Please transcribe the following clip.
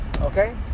Okay